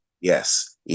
yes